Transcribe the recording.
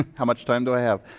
how much time do i have?